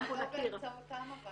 לא באמצעותם אבל.